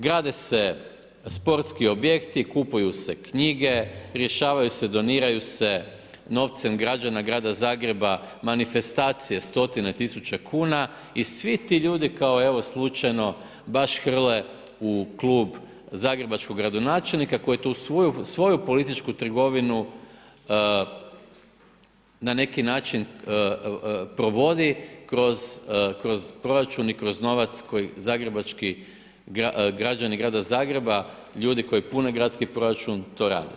Grade se sportski objekti, kupuju se knjige, rješavaju se doniraju se novcem građana grada Zagreba manifestacije, stotine tisuća kuna i svi ti ljudi evo kao slučajno baš hrle u Klub zagrebačkog gradonačelnika koji tu svoju političku trgovinu na neki način provodi kroz proračun i kroz novac koji zagrebački, građani grada Zagreba, ljudi koji pune gradski proračun, to rade.